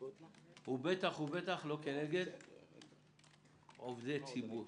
ובטח ובטח לא נגד עובדי ציבור.